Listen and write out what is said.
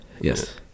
Yes